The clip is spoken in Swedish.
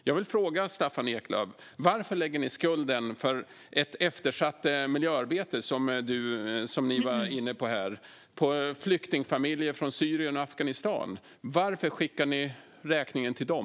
Jag vill fråga Staffan Eklöf varför Sverigedemokraterna lägger skulden för ett eftersatt miljöarbete, som ni var inne på här, på flyktingfamiljer från Syrien och Afghanistan. Varför skickar ni räkningen till dem?